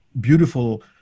beautiful